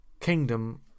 Kingdom